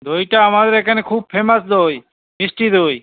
দইটা আমাদের এখানে খুব ফেমাস দই মিষ্টি দই